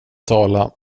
tala